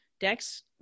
Dex